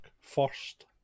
first